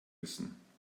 wissen